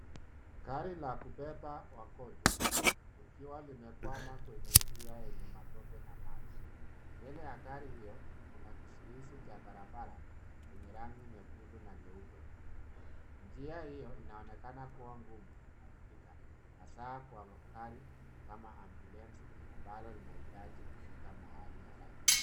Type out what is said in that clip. Gari la kubeba wagonjwa likiwa limekwama kwenye njia yenye matope na maji. Mbele ya gari hiyo, kuna kizuizi cha barabara chenye rangi nyekundu na nyeupe. Njia hiyo inaonekana kuwa ngumu kupitita hasa kamaari kama ambulance ambalo linahitaji kufika mahali haraka.